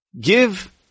give